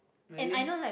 really